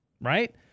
right